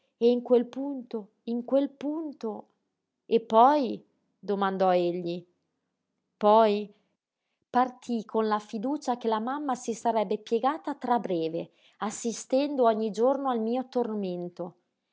e in quel punto in quel punto e poi domandò egli poi partii con la fiducia che la mamma si sarebbe piegata tra breve assistendo ogni giorno al mio tormento